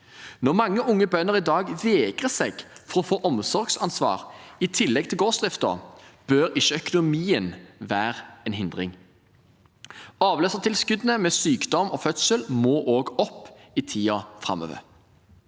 Når mange unge bønder i dag vegrer seg for å få omsorgsansvar i tillegg til gårdsdriften, bør ikke økonomien være en hindring. Avløsertilskuddene ved sykdom og fødsel må også opp i tiden framover.